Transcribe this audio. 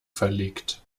verlegt